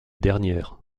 dernière